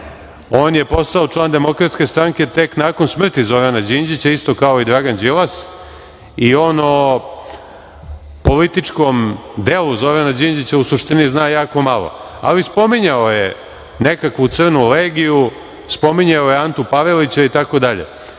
on je postao član DS tek nakon smrti Zorana Đinđića, isto kao i Dragan Đilas i on o političkom delu Zorana Đinđića zna jako malo, ali spominjao je nekakvu „Crnu legiju“, spominjao je Antu Pavelića itd. Na